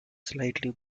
slightly